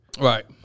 Right